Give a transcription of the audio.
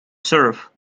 surf